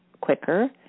quicker